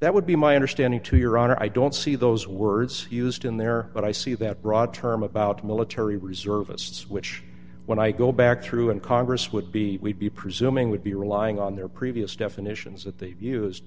that would be my understanding to your honor i don't see those words used in there but i see that broad term about military reservists which when i go back through and congress would be we'd be presuming would be relying on their previous definitions that they've used